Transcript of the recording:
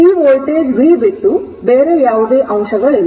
ಈ voltage v ಬಿಟ್ಟು ಯಾವುದೇ ಅಂಶಗಳಿಲ್ಲ